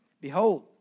Behold